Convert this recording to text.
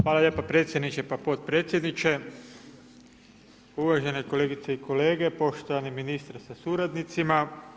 Hvala lijepa predsjedniče pa potpredsjedniče, uvažene kolegice i kolege, poštovani ministre sa suradnicima.